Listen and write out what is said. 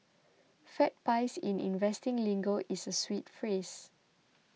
fat pies in investing lingo is a sweet phrase